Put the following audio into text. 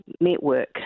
network